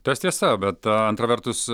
tas tiesa bet antra vertus